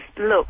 look